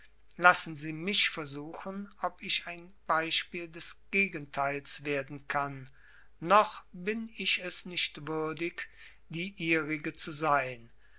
lassen sie mich versuchen ob ich ein beispiel des gegenteils werden kann noch bin ich es nicht würdig die ihrige zu sein